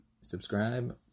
subscribe